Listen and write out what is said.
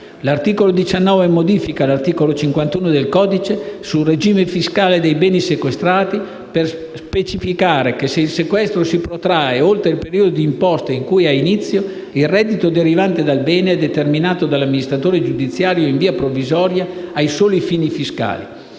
L'articolo 19 modifica l'articolo 51 del codice antimafia, sul regime fiscale dei beni sequestrati per specificare che, se il sequestro si protrae oltre il periodo d'imposta in cui ha inizio, il reddito derivante dal bene è determinato dall'amministratore giudiziario in via provvisoria, ai soli fini fiscali.